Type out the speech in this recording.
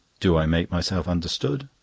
do i make myself understood?